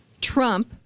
trump